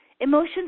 Emotions